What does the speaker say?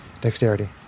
Dexterity